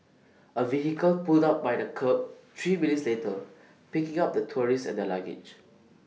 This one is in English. A vehicle pulled up by the kerb three minutes later picking up the tourists and their luggage